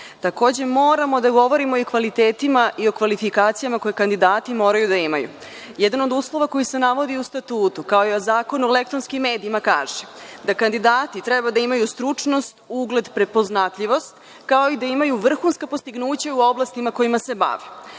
Takođe, moramo da govorimo i o kvalitetima i kvalifikacijama koje kandidati moraju da imaju. Jedan od uslova koji se navodi u statutu, kao i u Zakonu o elektronskim medijima kaže da kandidati treba da imaju stručnost, ugled, prepoznatljivost, kao i da imaju vrhunska dostignuća u oblastima kojima se